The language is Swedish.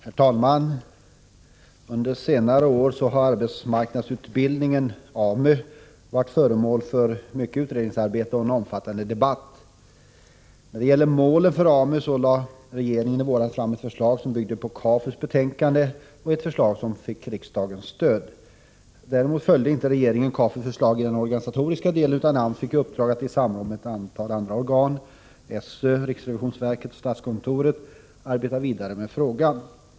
Herr talman! Under senare år har arbetsmarknadsutbildningen varit föremål för mycket utredningsarbete och en omfattande debatt. När det gäller målen för AMU lade regeringen i våras fram ett förslag som bygger på KAFU:s betänkande, ett förslag som fick riksdagens stöd. Däremot följde inte regeringen KAFU:s förslag i den organisatoriska delen, utan AMS fick i uppdrag att i samråd med ett antal andra organ, skolöverstyrelsen, riksrevisionsverket och statskontoret, arbeta vidare med frågan.